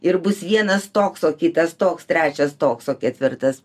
ir bus vienas toks o kitas toks trečias toks o ketvirtas